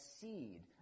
seed